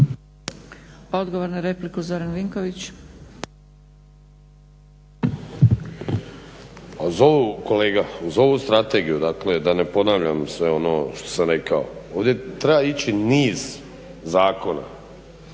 Odgovor na repliku Zoran Vinković. **Vinković, Zoran (HDSSB)** Kolega, za ovu strategiju da ne ponavljam sve ono što sam rekao, ovdje treba ići niz zakona